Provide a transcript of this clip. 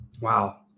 Wow